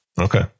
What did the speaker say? Okay